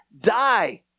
die